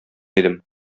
идем